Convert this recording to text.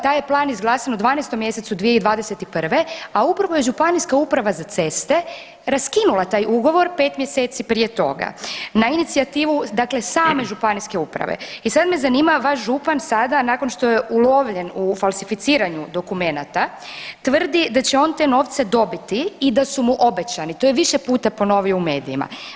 Taj je plan izglasan u 12 mjesecu 2021., a upravo je Županijska uprava za ceste raskinula taj ugovor 5 mjeseci prije toga na inicijativu dakle same Županijske uprave i sad me zanima vaš župan sada nakon što je ulovljen u falsificiranju dokumenata tvrdi da će on te novce dobiti i da su mu obećani, to je više puta ponovio u medijima.